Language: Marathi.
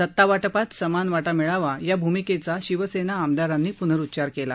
सत्तावाटपात समान वाटा मिळावा या भूमिकेचा शिवसेना आमदारांनी प्नरुच्चार केला